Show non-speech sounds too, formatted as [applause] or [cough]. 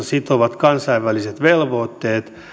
[unintelligible] sitovat kansainväliset velvoitteet